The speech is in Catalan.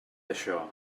això